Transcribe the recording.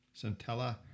Centella